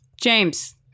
James